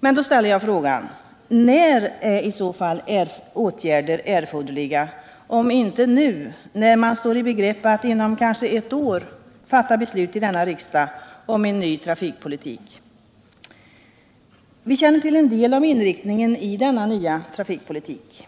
Men då ställer jag frågan: När är i så fall åtgärder erforderliga om inte nu, när man står i begrepp att inom kanske ett år fatta beslut i denna riksdag om en ny trafikpolitik? Vi känner till en del om inriktningen av denna nya trafikpolitik.